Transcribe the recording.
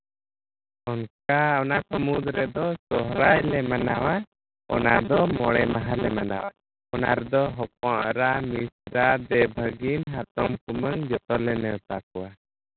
ᱚᱱᱠᱟ ᱚᱱᱟᱠᱚ ᱢᱩᱫᱽ ᱨᱮᱫᱚ ᱥᱚᱦᱚᱨᱟᱭ ᱞᱮ ᱢᱟᱱᱟᱣᱟ ᱚᱱᱟᱫᱚ ᱢᱚᱬᱮ ᱢᱟᱦᱟᱞᱮ ᱢᱟᱱᱟᱣᱟ ᱚᱱᱟ ᱨᱮᱫᱚ ᱦᱚᱯᱚᱱ ᱮᱨᱟ ᱢᱤᱥᱨᱟ ᱫᱮᱼᱵᱷᱟᱹᱜᱤᱱ ᱦᱟᱛᱚᱢᱼᱠᱩᱢᱟᱹᱝ ᱡᱚᱛᱚᱞᱮ ᱱᱮᱶᱛᱟ ᱠᱚᱣᱟ